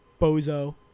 bozo